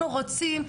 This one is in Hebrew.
אנחנו רוצים..